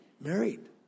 married